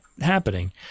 happening